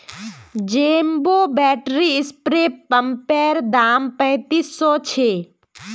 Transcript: jumbo battery spray पंपैर दाम पैंतीस सौ छे